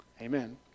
amen